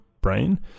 brain